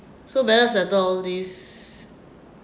so better settle all this